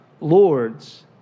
lords